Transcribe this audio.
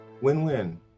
Win-win